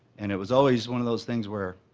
and it was always one of those things where